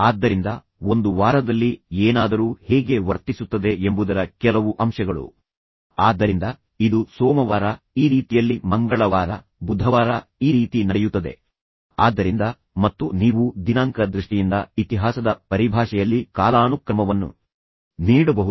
ಆದ್ದರಿಂದ ಒಂದು ವಾರದಲ್ಲಿ ಏನಾದರೂ ಹೇಗೆ ವರ್ತಿಸುತ್ತದೆ ಎಂಬುದರ ಕೆಲವು ಅಂಶಗಳು ಆದ್ದರಿಂದ ಇದು ಸೋಮವಾರ ಈ ರೀತಿಯಲ್ಲಿ ಮಂಗಳವಾರ ಬುಧವಾರ ಈ ರೀತಿ ನಡೆಯುತ್ತದೆ ಆದ್ದರಿಂದ ಮತ್ತು ನೀವು ದಿನಾಂಕದ ದೃಷ್ಟಿಯಿಂದ ಇತಿಹಾಸದ ಪರಿಭಾಷೆಯಲ್ಲಿ ಕಾಲಾನುಕ್ರಮವನ್ನು ನೀಡಬಹುದು